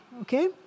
Okay